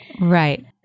Right